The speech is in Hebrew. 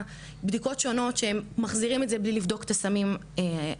בדיקות שונות שהם מחזירים את זה בלי לבדוק את הסמים עצמם.